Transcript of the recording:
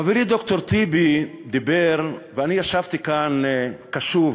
חברי ד"ר טיבי דיבר, ואני ישבתי כאן קשוב.